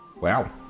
wow